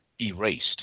erased